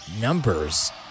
numbers